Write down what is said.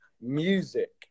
music